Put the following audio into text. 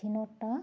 স্বাধীনতা